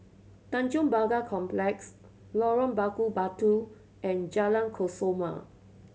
Tanjong Pagar Complex Lorong Bakar Batu and Jalan Kesoma